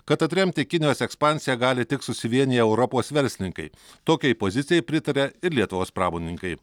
kad atremti kinijos ekspansiją gali tik susivieniję europos verslininkai tokiai pozicijai pritaria ir lietuvos pramonininkai